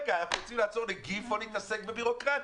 אנחנו רוצים לעזור נגיף או להתעסק בבירוקרטיה?